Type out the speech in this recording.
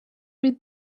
read